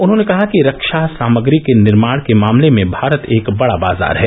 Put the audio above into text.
उन्होंने कहा कि रक्षा सामग्री के निर्माण के मामले में भारत एक बड़ा बाजार है